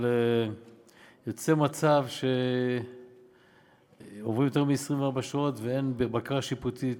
אבל יוצא מצב שעוברות יותר מ-24 שעות ואין בקרה שיפוטית.